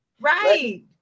right